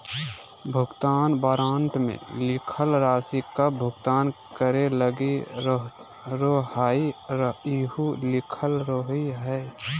भुगतान वारन्ट मे लिखल राशि कब भुगतान करे लगी रहोहाई इहो लिखल रहो हय